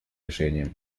решениям